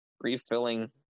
refilling